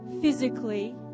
physically